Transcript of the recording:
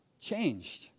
changed